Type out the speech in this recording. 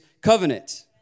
covenant